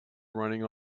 running